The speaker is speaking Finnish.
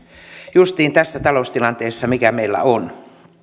justiin tässä taloustilanteessa mikä meillä on